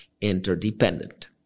interdependent